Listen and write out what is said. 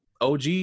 og